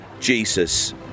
Jesus